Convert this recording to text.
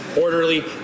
orderly